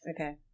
Okay